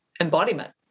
embodiment